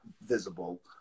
visible